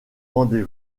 rendez